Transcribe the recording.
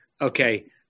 Okay